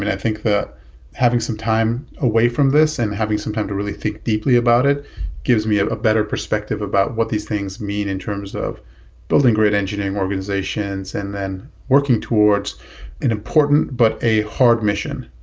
mean, i think having some time away from this and having some time to really think deeply about it gives me ah a better perspective about what these things mean in terms of building great engineering organizations and then working towards an important, but a hard mission.